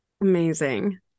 Amazing